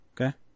Okay